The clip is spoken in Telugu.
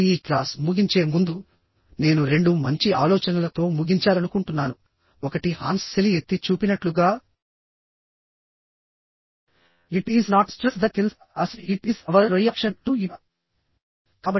నేను ఈ క్లాస్ ముగించే ముందు నేను రెండు మంచి ఆలోచనలతో ముగించాలనుకుంటున్నాను ఒకటి హాన్స్ సెలీ ఎత్తి చూపినట్లుగా it is not stress that kills us it is our reaction to it "It is not stress that kills us it is our reaction to it